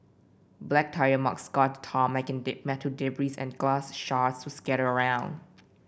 black tyre marks scarred the tarmac and metal debris and glass shards were scattered all around